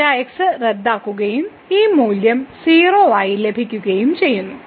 Δx റദ്ദാക്കുകയും ഈ മൂല്യം 0 ആയി ലഭിക്കുകയും ചെയ്യും